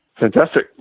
Fantastic